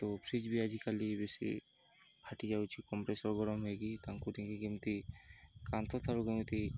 ତ ଫ୍ରିଜ ବି ଆଜିକାଲି ବେଶୀ ଫାଟିଯାଉଛି କମ୍ପ୍ରେସର୍ ଗରମ ହୋଇକି ତ ଟାଙ୍କି କେମିତି କାନ୍ଥ ଠାରୁ କେମିତି